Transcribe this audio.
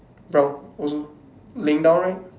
brown also laying down right